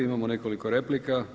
Imamo nekoliko replika.